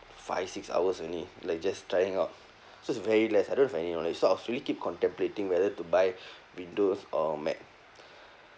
five six hours only like just trying out so it's very less I don't have any knowledge so I was really keep contemplating whether to buy windows or mac